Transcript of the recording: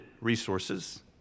resources